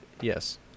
Yes